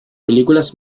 películas